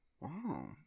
Wow